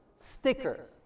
stickers